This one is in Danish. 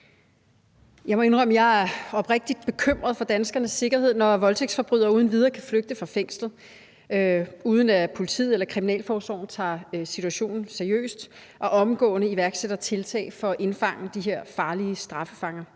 jeg er oprigtig bekymret for danskernes sikkerhed, når voldtægtsforbrydere uden videre kan flygte fra fængslet, uden at politiet eller kriminalforsorgen tager situationen seriøst og omgående iværksætter tiltag for at indfange de her farlige straffefanger.